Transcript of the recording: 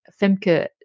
Femke